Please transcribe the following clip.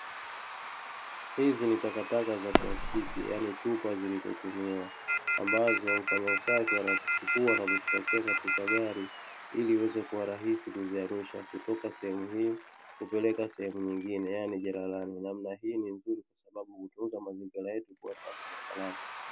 Hizi ni takataka za plastiki, yaani chupa zilizotumiwa, ambazo mfanya usafi anazichukua na kuzipakia katika gari, ili iweze kuwa rahisi kuzihamisha, kutoka sehemu hii kupeleka sehemu nyingine, yaani jalalani. Namna hii ni nzuri kwa sababu hutunza mazingira yetu kuwa safi na salama.